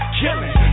killing